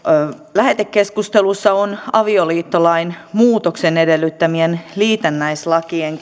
lähetekeskustelussa on avioliittolain muutoksen edellyttämien liitännäislakien